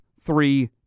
three